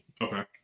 Okay